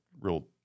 real